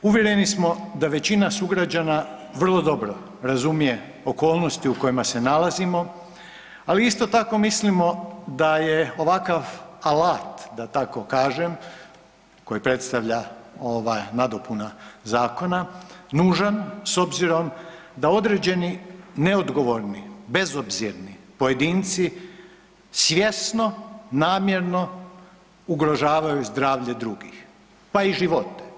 Uvjereni smo da većina sugrađana vrlo dobro razumije okolnosti u kojima se nalazimo, ali isto tako mislimo da je ovakav alat da tako kažem koji predstavlja ova nadopuna zakona, nužan s obzirom da određeni neodgovorni, bezobzirni pojedinci, svjesno, namjerno ugrožavaju zdravlje drugih pa i živote.